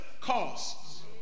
costs